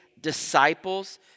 disciples